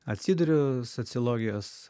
atsiduriu sociologijos